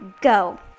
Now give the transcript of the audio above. go